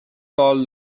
called